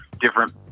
different